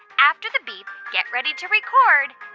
after the beep, get ready to record